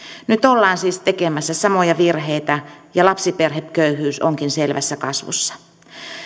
nyt ollaan siis tekemässä samoja virheitä ja lapsiperheköyhyys onkin selvässä kasvussa